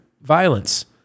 violence